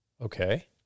okay